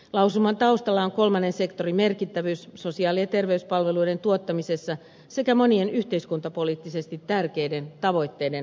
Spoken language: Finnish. lausuman taustalla on kolmannen sektorin merkittävyys sosiaali ja terveyspalveluiden tuottamisessa sekä monien yhteiskuntapoliittisesti tärkeiden tavoitteiden edistäminen